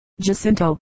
Jacinto